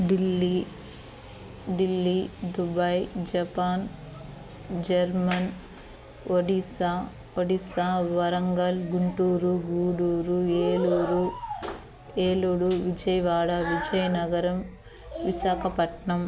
Delhi Delhi Dubai Japan Germany Odisha Odisha Warangal Guntur Gudur Eluru Eluru Vijayawada Vizianagaram Visakhapatnam